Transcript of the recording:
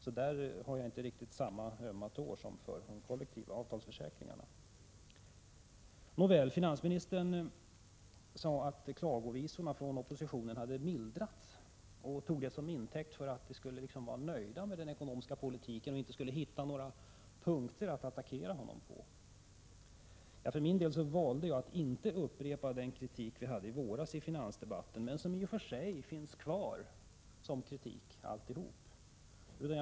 Vad gäller dessa har jag inte lika ömma tår som när det gäller de kollektiva avtalsförsäkringarna. Nåväl, finansministern sade att klagovisorna från oppositionen hade mildrats och tog det till intäkt för att oppositionen vore nöjd med den ekonomiska politiken och inte skulle hitta några angreppspunkter. För min del valde jag att inte upprepa den kritik vi framförde i våras i finansdebatten men den kvarstår oförändrad.